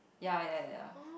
ya ya ya